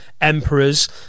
emperors